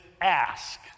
ask